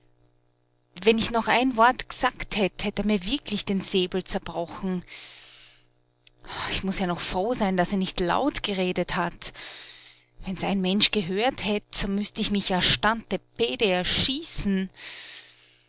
wenn ich noch ein wort gesagt hätt hätt er mir wirklich den säbel zerbrochen ich muß ja noch froh sein daß er nicht laut geredet hat wenn's ein mensch gehört hätt so müßt ich mich ja stante pede erschießen